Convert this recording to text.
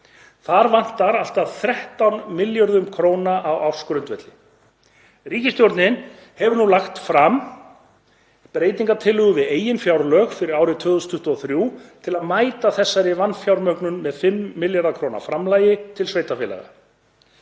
Þar vantar allt að 13 milljarða kr. á ársgrundvelli. Ríkisstjórnin hefur nú lagt fram breytingartillögu við eigin fjárlög fyrir árið 2023 til að mæta þessari vanfjármögnun með 5 milljarða kr. framlagi til sveitarfélaga.